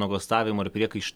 nuogąstavimų ar priekaištų